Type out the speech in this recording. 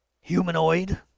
Humanoid